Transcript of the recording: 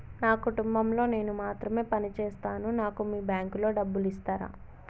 నా కుటుంబం లో నేను మాత్రమే పని చేస్తాను నాకు మీ బ్యాంకు లో డబ్బులు ఇస్తరా?